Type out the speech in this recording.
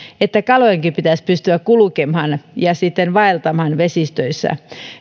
että kalojenkin pitäisi pystyä kulkemaan ja vaeltamaan vesistöissä